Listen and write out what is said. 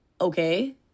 okay